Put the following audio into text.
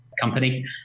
company